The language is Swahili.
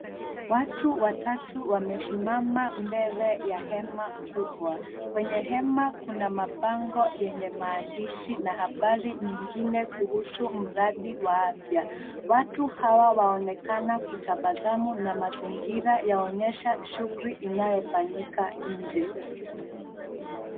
Watu watatu wamesimama mbele ya hema kubwa. Kwenye hema kuna mabango yenye maandishi na habari nyingine kuhusu mradi wa afya. Watu hawa waonekana kutabasamu na mazingira yaonyesha shughuli inayofanyika nje.